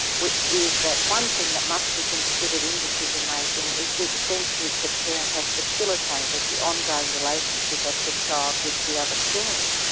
which is that one thing that must be considered in decision-making is the extent to which a parent has facilitated the ongoing relationship of the child with the other parent.